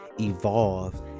evolve